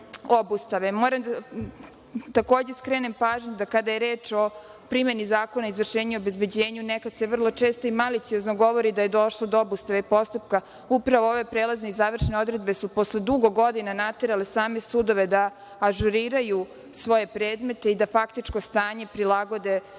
da skrenem pažnju da se, kada je reč o primeni Zakona o izvršenju i obezbeđenju, nekada vrlo često maliciozno govori da je došlo do obustave postupka. Upravo ove prelaze i završne odredbe su posle dugo godina naterale same sudove da ažuriraju svoje predmete i da faktičko stanje prilagode sa stanjem